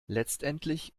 letztendlich